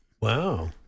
Wow